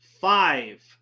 Five